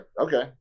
okay